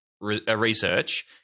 research